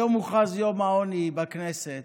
היום הוכרז יום העוני בכנסת,